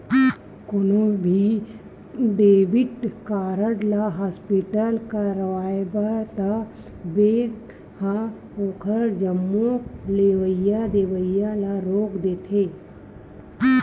कोनो भी debit card ल हॉटलिस्ट करवाबे त बेंक ह ओखर जम्मो लेवइ देवइ ल रोक देथे